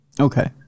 Okay